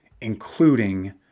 including